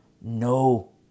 No